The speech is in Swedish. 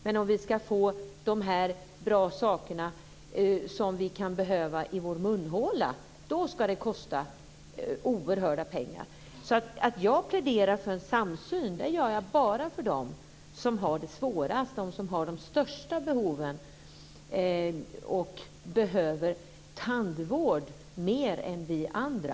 Men om vi ska få de bra saker som vi kan behöva i vår munhåla så ska det kosta oerhörda pengar! Jag pläderar för en samsyn bara för dem som har det svårast, för dem som har de största behoven och behöver mer tandvård än vi andra.